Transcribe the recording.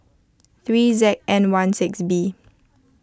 three Z N one six B